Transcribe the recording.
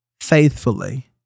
faithfully